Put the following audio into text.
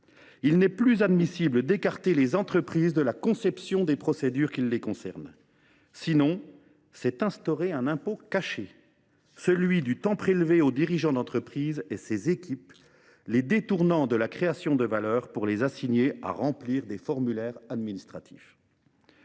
Il n’est plus admissible d’écarter les entreprises de la conception des procédures qui les concernent. Cela revient sinon à instaurer un impôt caché en prélevant du temps au dirigeant d’entreprise et à ses équipes, en les détournant de la création de valeur pour les assigner à remplir des formulaires administratifs.